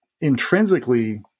intrinsically